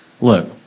look